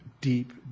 deep